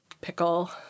pickle